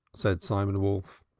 said simon wolf.